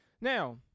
Now